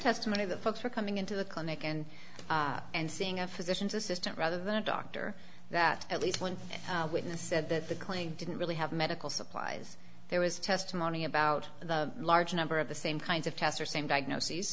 testimony that folks are coming into the clinic and and seeing a physician's assistant rather than a doctor that at least one witness said that the claim didn't really have medical supplies there was testimony about the large number of the same kinds of tests or same diagnoses